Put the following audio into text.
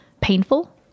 painful